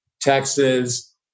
Texas